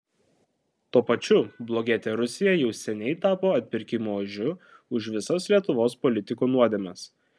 tuo pačiu blogietė rusija jau seniai tapo atpirkimo ožiu už visas lietuvos politikų nuodėmes